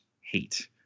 hate